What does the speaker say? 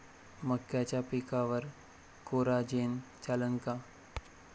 मक्याच्या पिकावर कोराजेन चालन का?